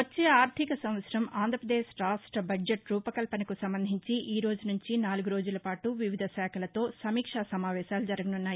వచ్చే ఆర్టిక సంవత్సరం ఆంధ్రప్రదేశ్ రాష్ట బడ్జెట్ రూపకల్పనకు సంబంధించి ఈరోజు నుంచి నాలుగు రోజుల పాటు వివిధశాఖలతో సమీక్ష సమావేశాలు జరగనున్నాయి